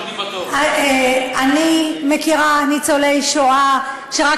אני לא מכיר ניצולי שואה שעומדים בתור.